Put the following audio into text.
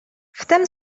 wtem